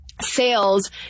sales